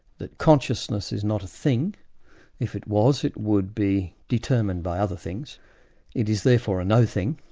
that consciousness is not a thing if it was it would be determined by other things it is therefore a no thing.